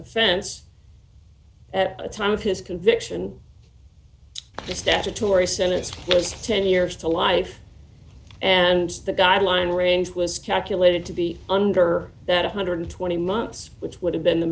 offense at the time of his conviction the statutory senate has ten years to life and the guideline range was calculated to be under that one hundred and twenty months which would have been the